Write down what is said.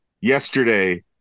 yesterday